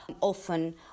often